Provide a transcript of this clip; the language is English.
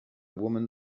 woman